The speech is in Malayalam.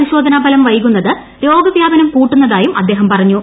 പരിശോധനാ ഫലം വൈകുന്നത് രോഗ വൃാപനം കൂട്ടുന്നതായും അദ്ദേഹം പറഞ്ഞു